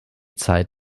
zeit